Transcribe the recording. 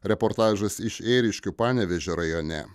reportažas iš ėriškių panevėžio rajone